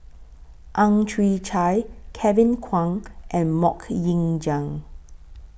Ang Chwee Chai Kevin Kwan and Mok Ying Jang